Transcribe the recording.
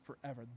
forever